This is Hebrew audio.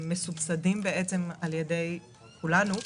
מסובסדים על ידי כולנו,